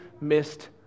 missed